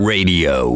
Radio